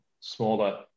smaller